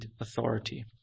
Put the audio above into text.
authority